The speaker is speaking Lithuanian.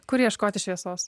kur ieškoti šviesos